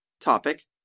topic